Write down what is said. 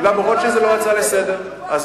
זה לא ההצעה לסדר-היום, זו תשובה.